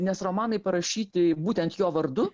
nes romanai parašyti būtent jo vardu